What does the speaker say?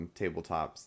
tabletops